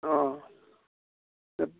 अ दे